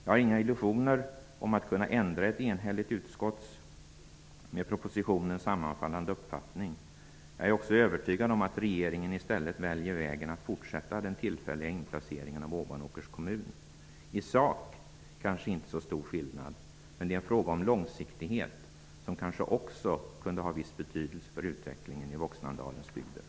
Jag har inga illusioner om att kunna ändra utskottets enhälliga uppfattning, som överensstämmer med propositionen. Jag är övertygad om att regeringen i stället väljer vägen att fortsätta den tillfälliga inplaceringen av Ovanåkers kommun. I sak kanske det inte är så stor skillnad, men det är en fråga om långsiktighet, som kanske också kunde ha viss betydelse för utvecklingen i Voxnandalens bygder.